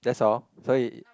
that's all so it